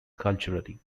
culturally